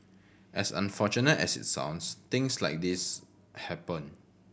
as unfortunate as it sounds things like this happen